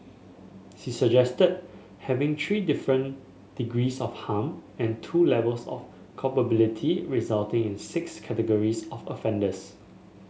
she suggested having three different degrees of harm and two levels of culpability resulting in six categories of offenders